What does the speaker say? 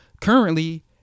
currently